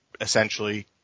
essentially